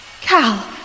Cal